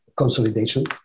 Consolidation